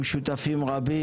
עם שותפים רבים.